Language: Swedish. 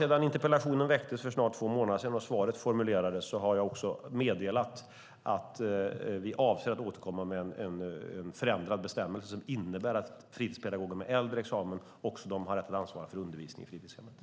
Sedan interpellationen ställdes för snart två månader sedan och svaret formulerades har jag meddelat att vi avser att återkomma med en förändrad bestämmelse som innebär att fritidspedagoger med äldre examen också har rätt att ansvara för undervisning i fritidshemmen.